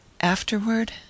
Afterward